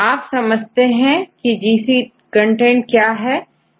आप समझते हैं की GC कंटेंट क्या है